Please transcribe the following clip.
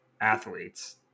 athletes